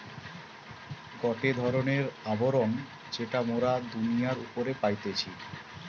গটে ধরণের আবরণ যেটা মোরা দুনিয়ার উপরে পাইতেছি